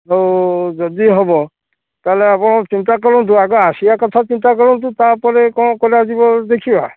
ଆଉ ଯଦି ହେବ ତା'ହେଲେ ଆପଣ ଚିନ୍ତା କରନ୍ତୁ ଆଗ ଆସିବା କଥା ଚିନ୍ତା କରନ୍ତୁ ତା'ପରେ କ'ଣ କରାଯିବ ଦେଖିବା